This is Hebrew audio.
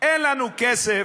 אין לנו כסף